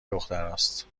دختراست